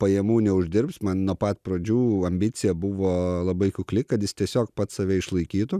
pajamų neuždirbs man nuo pat pradžių ambicija buvo labai kukli kad jis tiesiog pats save išlaikytų